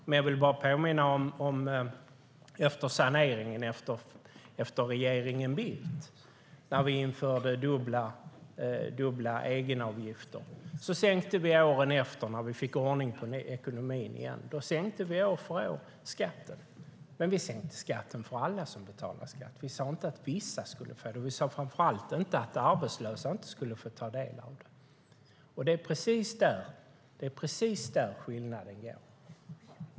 Men jag vill bara påminna om saneringen efter regeringen Bildt, då vi införde dubbla egenavgifter. Sedan sänkte vi åren efter, när vi fick ordning på ekonomin igen. Då sänkte vi skatten år för år. Vi sänkte dock skatten för alla som betalade skatt. Vi sa inte att vissa skulle få det, och vi sa framför allt inte att arbetslösa inte skulle få ta del av det. Det är precis där skillnaden går.